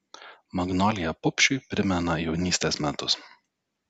magnolija pupšiui primena jaunystės metus